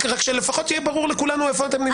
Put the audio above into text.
רק שלפחות יהיה ברור לכולנו איפה אתם נמצאים.